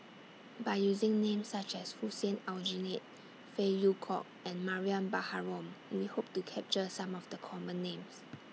By using Names such as Hussein Aljunied Phey Yew Kok and Mariam Baharom We Hope to capture Some of The Common Names